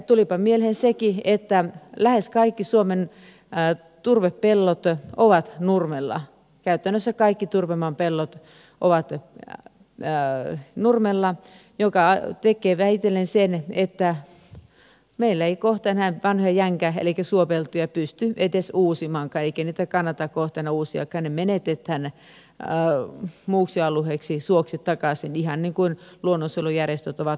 tulipa mieleen sekin että lähes kaikki suomen turvepellot ovat nurmella käytännössä kaikki turvemaan pellot ovat nurmella mikä tekee vähitellen sen että meillä ei kohta enää vanhaa jänkää elikkä suopeltoja pysty edes uusimaankaan eikä niitä kannata kohta enää uusiakaan ne menetetään muuksi alueeksi suoksi takaisin ihan niin kuin luonnonsuojelujärjestöt ovat toivoneetkin